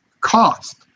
cost